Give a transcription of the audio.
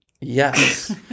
Yes